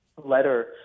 letter